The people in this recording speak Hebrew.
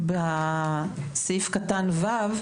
בסעיף קטן 3(ו),